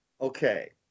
Okay